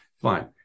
fine